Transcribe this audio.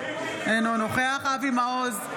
אינו נוכח אבי מעוז,